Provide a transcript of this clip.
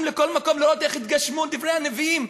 לכל מקום לראות איך התגשמו דברי הנביאים.